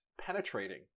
penetrating